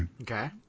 Okay